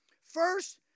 First